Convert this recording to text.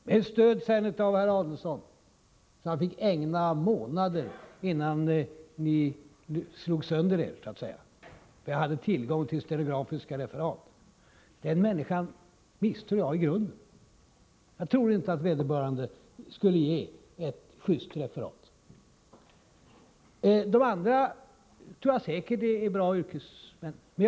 Med stöd av herr Adelsohn kunde han sedan ägna månader åt denna affär, innan ni så att säga slog sönder er. Jag hade nämligen tillgång till stenografiska referat. Den människan misstror jag i grunden. Jag tror inte att vederbörande skulle ge ett just referat. De andra journalisterna är säkert bra yrkesmän.